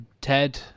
Ted